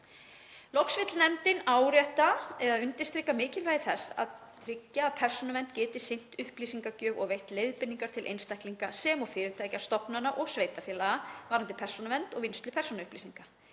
Loks vill nefndin undirstrika mikilvægi þess að tryggja að Persónuvernd geti sinnt upplýsingagjöf og veitt leiðbeiningar til einstaklinga sem og fyrirtækja, stofnana og sveitarfélaga varðandi persónuvernd og vinnslu persónuupplýsinga.